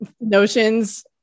notions